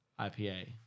IPA